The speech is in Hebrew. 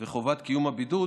וחובת קיום הבידוד